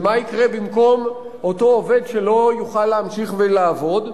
ומה יקרה במקום אותו עובד שלא יוכל להמשיך ולעבוד?